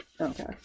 Okay